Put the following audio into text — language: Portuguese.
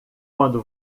quando